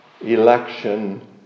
election